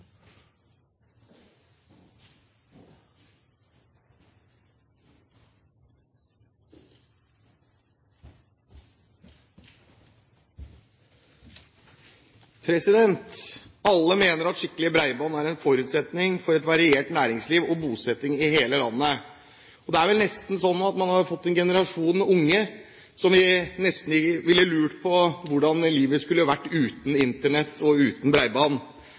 arbeidsplasser. Alle mener at skikkelig bredbånd er en forutsetning for et variert næringsliv og bosetting i hele landet. Det er vel nesten sånn at vi har fått en generasjon med unge som lurer på hvordan livet skulle vært uten Internett og uten